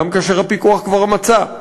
גם כאשר הפיקוח כבר מצא,